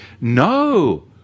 No